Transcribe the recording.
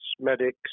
medics